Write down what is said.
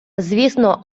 звісно